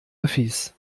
öffis